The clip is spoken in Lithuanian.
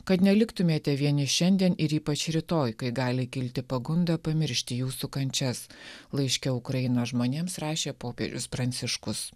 kad neliktumėte vieni šiandien ir ypač rytoj kai gali kilti pagunda pamiršti jūsų kančias laiške ukrainos žmonėms rašė popiežius pranciškus